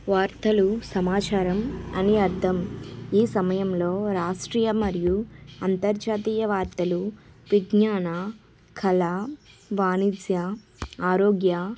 వార్తలు సమాచారం అని అర్ధం ఈ సమయంలో రాష్ట్రీయ మరియు అంతర్జాతీయ వార్తలు విజ్ఞాన కల వాణిజ్య ఆరోగ్య